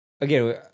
again